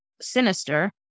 sinister